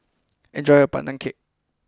enjoy your Pandan Cake